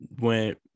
went